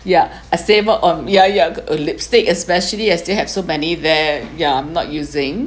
yeah I save more on yeah yeah uh lipstick especially as still have so many there yeah I'm not using